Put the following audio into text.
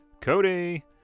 Cody